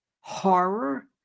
horror